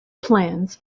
plans